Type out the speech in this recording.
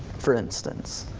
for instance.